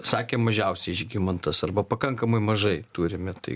sakė mažiausiai žygimantas arba pakankamai mažai turime tai